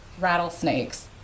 rattlesnakes